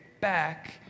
back